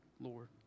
Lord